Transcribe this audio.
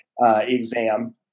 exam